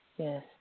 Yes